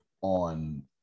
on